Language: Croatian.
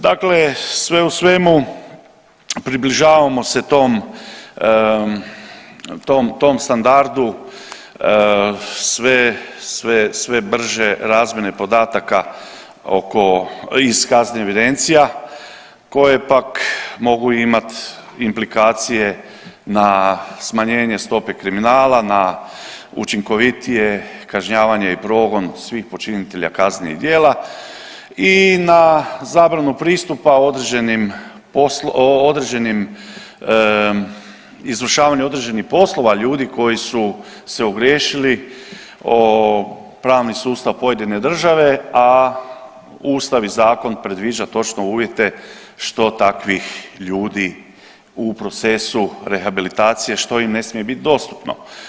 Dakle, sve u svemu približavamo se tom, tom standardu sve, sve brže razmjene podataka oko, iz kaznenih evidencija koje pak mogu imati implikacije na smanjenje stope kriminala, na učinkovitije kažnjavanje i progon svih počinitelja kaznenih djela i na zabranu pristupa određenim, određenim, izvršavanje određenih poslova ljudi koji su se ogriješili o pravni sustav pojedine države, a ustav i zakon predviđa točno uvjete što takvih ljudi u procesu rehabilitacije što im ne smije biti dostupno.